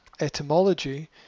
etymology